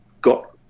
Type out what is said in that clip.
got